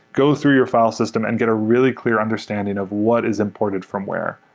go through your file system and get a really clear understanding of what is imported from where.